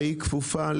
היא כפופה